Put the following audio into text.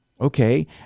okay